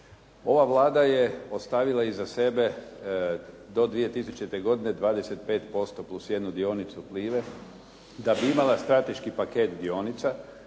Ova Vlada je ostavila iza sebe do 2000. godine 25% plus jednu dionicu Plive da bi imala strateški paket dionica,